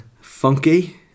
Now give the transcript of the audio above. funky